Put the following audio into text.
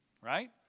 Right